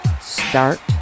Start